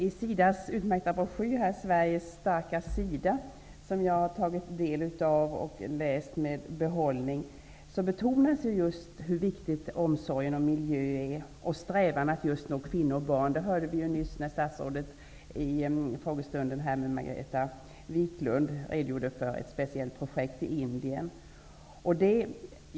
I SIDA:s utmärkta broschyr ''Sveriges starka SIDA'', som jag har tagit del av och läst med behållning, betonas just hur viktig omsorgen om miljön är och strävan att nå kvinnor och barn. Det hörde vi nyss när statsrådet i frågedebatten med Margareta Indien.